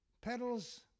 Petals